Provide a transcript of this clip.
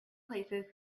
places